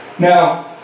Now